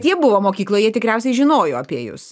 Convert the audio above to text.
jie buvo mokykloj jie tikriausiai žinojo apie jus